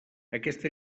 aquesta